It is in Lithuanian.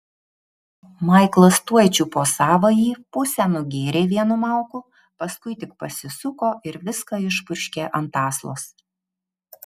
maiklas tuoj čiupo savąjį pusę nugėrė vienu mauku paskui tik pasisuko ir viską išpurškė ant aslos